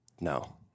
no